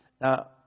Now